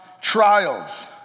Trials